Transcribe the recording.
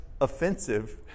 offensive